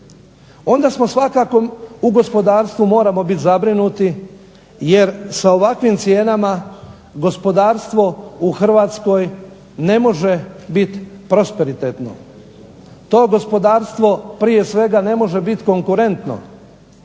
onda smo svakako u gospodarstvu moramo biti zabrinuti jer sa ovakvim cijenama gospodarstvo u Hrvatskoj ne može biti prosperitetno. To gospodarstvo prije svega ne može biti konkurentno